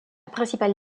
principale